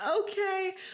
okay